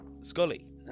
Scully